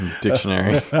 dictionary